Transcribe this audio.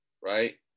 right